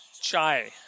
Chai